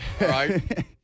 right